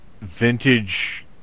vintage